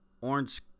Orange